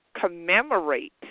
commemorate